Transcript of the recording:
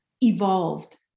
evolved